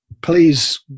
please